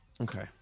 Okay